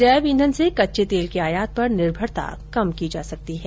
जैव ईंधन से कच्चे तेल के आयात पर निर्भरता कम की जा सकती है